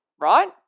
right